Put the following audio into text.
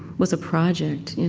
was a project.